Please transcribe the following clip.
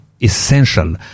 essential